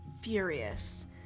furious